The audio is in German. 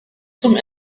zum